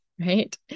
right